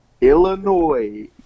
Illinois